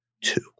Two